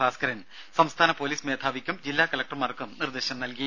ഭാസ്ക്കരൻ സംസ്ഥാന പൊലീസ് മേധാവിക്കും ജില്ലാ കലക്ടർമാർക്കും നിർദേശം നൽകി